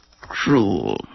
cruel